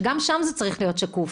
שגם שם זה צריך להיות שקוף,